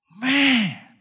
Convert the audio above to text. Man